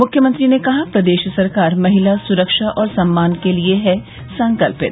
मुख्यमंत्री ने कहा प्रदेश सरकार महिला सुरक्षा और सम्मान के लिए है संकल्पित